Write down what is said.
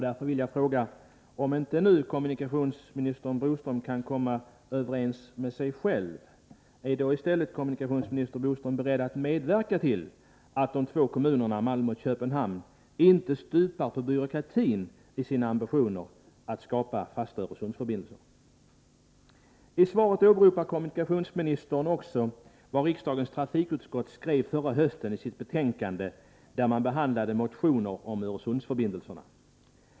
Därför vill jag fråga: Om kommunikationsminister Boström nu inte kan komma överens med sig själv, är kommunikationsministern då beredd att i stället medverka till att de två kommunerna Malmö och Köpenhamn inte stupar på byråkratin i sina ambitioner att skapa fasta Öresundsförbindelser? I svaret åberopar kommunikationsministern också vad riksdagens trafikutskott skrev förra hösten i sitt betänkande där man behandlade motioner om Öresundsförbindelserna.